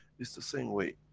it's the same way.